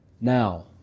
now